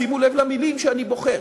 שימו לב למילים שאני בוחר,